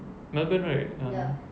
melbourne right ah